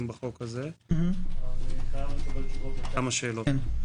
בחוק הזה אני חייב לקבל תשובות לכמה שאלות.